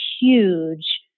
huge